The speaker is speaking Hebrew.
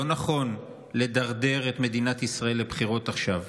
לא נכון לדרדר את מדינת ישראל לבחירות עכשיו.